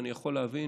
אני יכול להבין